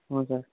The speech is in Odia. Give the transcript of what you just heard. ହଁ ସାର୍